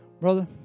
Brother